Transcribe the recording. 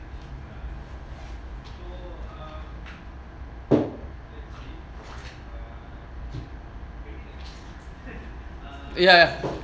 ya ya